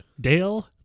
Dale